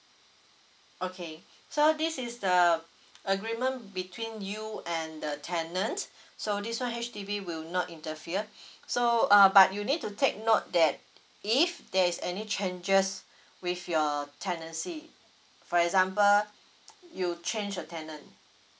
okay so this is the agreement between you and the tenant so this [one] H_D_B will not interfere so uh but you need to take note that if there is any changes with your tenancy for example you change your tenant